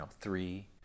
three